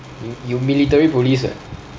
you you military police right